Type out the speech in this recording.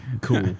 cool